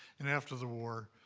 and, after the war,